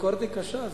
הביקורת היא קשה.